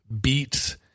Beat